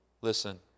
Listen